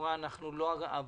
לכאורה אנחנו לא הוועדה,